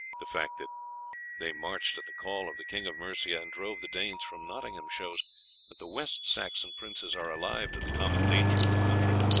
the fact that they marched at the call of the king of mercia and drove the danes from nottingham shows that the west saxon princes are alive to the common danger of the country,